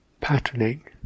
patterning